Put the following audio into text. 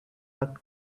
act